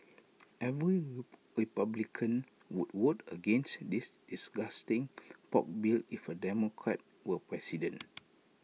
every republican would vote against this disgusting pork bill if A Democrat were president